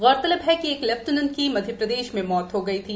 गौरतलब है कि एक लेफ्टिनेंट की मध्यप्रदेश मे मौत हो गई थी